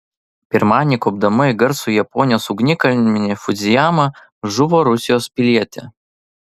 pirmadienį kopdama į garsųjį japonijos ugnikalnį fudzijamą žuvo rusijos pilietė